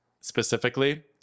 specifically